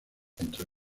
entre